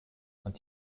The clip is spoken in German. und